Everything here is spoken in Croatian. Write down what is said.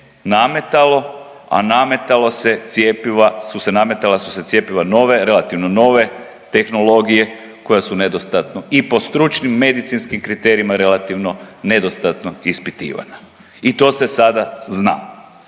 nametalo, a nametalo se, nametala su se cjepiva nove, relativno nove tehnologije koje su nedostatne i po stručnim medicinskim kriterijima relativno nedostatno ispitivana. I to se sada zna.